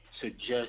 suggest